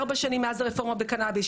ארבע שנים מאז הרפורמה בקנביס,